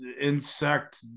insect